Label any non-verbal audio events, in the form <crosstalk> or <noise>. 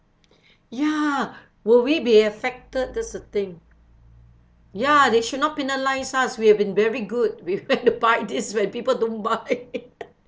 ya will we be affected that's the thing ya they should not penalise us we have been very good we <laughs> went to buy this when people don't buy <laughs>